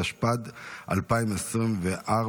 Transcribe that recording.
התשפ"ד 2024,